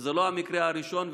וזה לא המקרה הראשון,